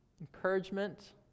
encouragement